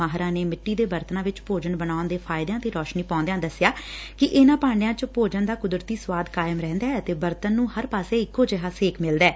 ਮਾਹਿਰਾਂ ਨੇ ਮਿੱਟੀ ਦੇ ਬਰਤਨਾ ਵਿਚ ਭੋਜਨ ਬਣਾਉਣ ਦੇ ਫ਼ਾਇਦਿਆ ਤੇ ਰੋਸ਼ਨੀ ਪਾਊਦਿਆ ਦਸਿਆ ਕਿ ਇਨਾਂ ਭਾਂਡਿਆ ਚ ਭੋਜਨ ਦਾ ਕੁਦਰਤੀ ਸਵਾਦ ਕਾਇਮ ਰਹਿੰਦੈ ਅਤੇ ਬਰਤਨ ਨੂੰ ਹਰ ਪਾਸੇ ਇਕੋ ਜਿਹਾ ਸੇਕ ਮਿਲੱਦੈ